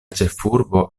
ĉefurbo